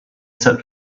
set